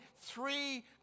three